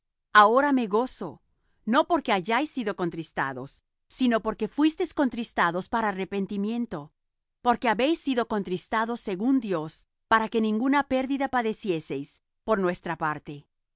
ahora me gozo no porque hayáis sido contristados sino porque fuisteis contristados para arrepentimiento porque habéis sido contristados según dios para que ninguna pérdida padecieseis por nuestra parte